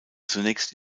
zunächst